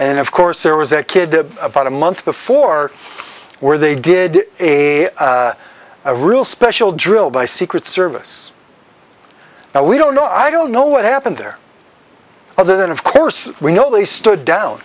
and of course there was a kid about a month before where they did a real special drill by secret service now we don't know i don't know what happened there other than of course we know they stood down